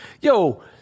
Yo